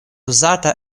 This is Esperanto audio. uzata